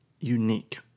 unique